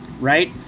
right